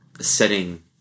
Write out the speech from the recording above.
setting